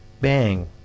bang